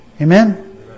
Amen